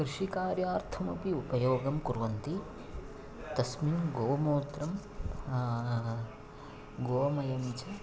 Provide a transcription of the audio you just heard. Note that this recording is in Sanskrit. कृषिकार्यार्थमपि उपयोगं कुर्वन्ति तस्मिन् गोमूत्रं गोमयं च